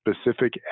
Specific